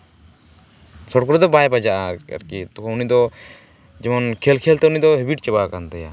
ᱥᱚᱴ ᱠᱚᱨᱮ ᱫᱚ ᱵᱟᱭ ᱵᱟᱡᱟᱜᱼᱟ ᱟᱨᱠᱤ ᱛᱚ ᱩᱱᱤ ᱫᱚ ᱡᱮᱢᱚᱱ ᱠᱷᱮᱞ ᱠᱷᱮᱞ ᱛᱮ ᱩᱱᱤ ᱫᱚ ᱦᱮᱵᱤᱴ ᱪᱟᱵᱟᱣ ᱠᱟᱱ ᱛᱟᱭᱟ